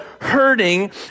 hurting